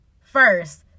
first